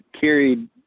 carried